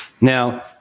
Now